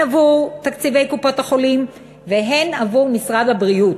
עבור תקציבי קופות-החולים והן עבור משרד הבריאות.